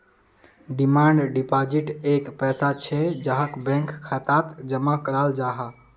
demand deposit एक पैसा छे जहाक बैंक खातात जमा कराल जाहा